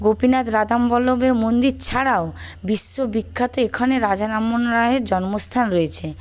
গোপীনাথ রাধাবল্লবের মন্দির ছাড়াও বিশ্ববিখ্যাত এখানে রাজা রামমোহন রায়ের জন্মস্থান রয়েছে